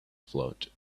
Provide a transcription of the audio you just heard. float